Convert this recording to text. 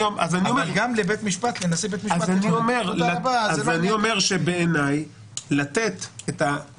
אבל גם לנשיא בית משפט --- בעיניי האצלת